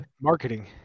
Marketing